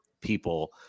people